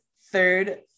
third